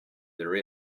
there